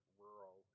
rural